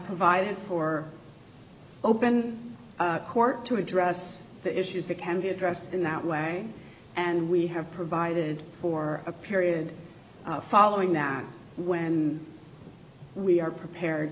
provided for open court to address the issues that can be addressed in that way and we have provided for a period following that when we are prepared